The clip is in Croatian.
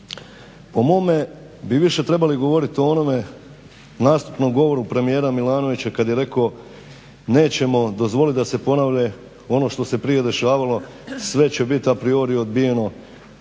Po mome bi više trebali govoriti o onome nastupnom govoru premijera Milanovića kad je rekao nećemo dozvoliti da se ponovi ono što se prije dešavalo, sve će biti a priori odbijeno